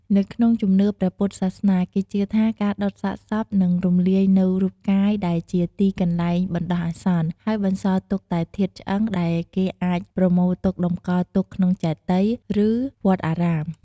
នៅក្នុងជំនឿព្រះពុទ្ធសាសនា គេជឿថាការដុតសាកសពនឹងរំលាយនូវរូបកាយដែលជាទីកន្លែងបណ្ដោះអាសន្ន ហើយបន្សល់ទុកតែធាតុឆ្អឹងដែលគេអាចប្រមូលទុកតម្កល់ទុកក្នុងចេតិយ ឬវត្តអារាម។